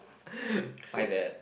my bad